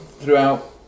throughout